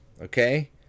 Okay